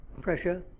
pressure